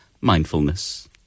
mindfulness